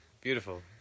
beautiful